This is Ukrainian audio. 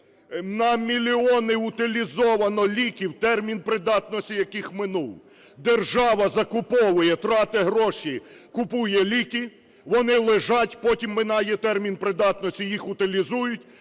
На мільйони утилізовано ліків, термін придатності яких минув. Держава закуповує, тратить гроші, купує ліки, вони лежать, потім минає термін придатності - і їх утилізують.